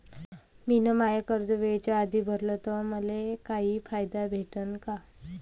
मिन माय कर्ज वेळेच्या आधी भरल तर मले काही फायदा भेटन का?